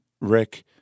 Rick